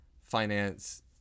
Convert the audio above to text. finance